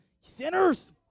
sinners